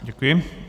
Děkuji.